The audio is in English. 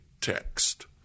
text